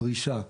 פרישה,